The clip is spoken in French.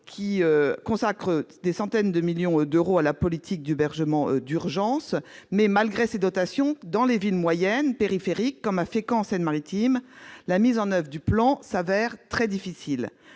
consacre plusieurs centaines de millions d'euros à la politique d'hébergement d'urgence. Pourtant, malgré ces dotations, dans des villes moyennes, périphériques comme Fécamp, en Seine-Maritime, la mise en oeuvre du plan s'avère très difficile.